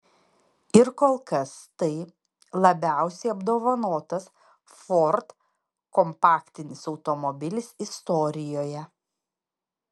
ir kol kas tai labiausiai apdovanotas ford kompaktinis automobilis istorijoje